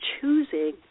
choosing